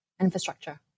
infrastructure